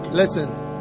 listen